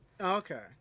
Okay